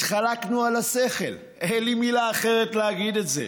התחלקנו על השכל, אין לי מילה אחרת להגיד את זה.